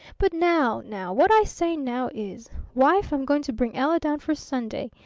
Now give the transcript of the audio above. but now now what i say now is wife, i'm going to bring ella down for sunday.